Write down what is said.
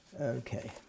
Okay